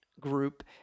group